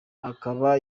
akaba